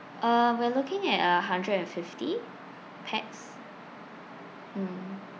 uh we're looking at a hundred and fifty pax mm